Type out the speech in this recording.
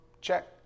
Check